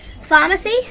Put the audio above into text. pharmacy